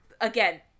again